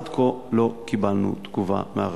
עד כה לא קיבלנו תגובה מהרשות.